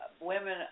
women